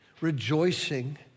Rejoicing